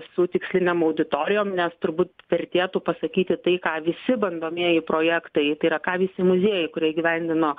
su tikslinėm auditorijom nes turbūt vertėtų pasakyti tai ką visi bandomieji projektai tai yra ką visi muziejai kurie įgyvendino